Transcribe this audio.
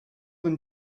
than